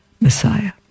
Messiah